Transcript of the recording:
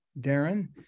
Darren